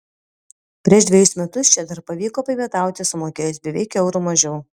prieš dvejus metus čia dar pavyko papietauti sumokėjus beveik euru mažiau